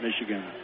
Michigan